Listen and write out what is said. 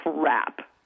crap